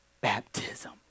baptism